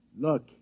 Look